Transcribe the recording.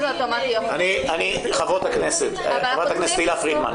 חברת הכנסת תהלה פרידמן,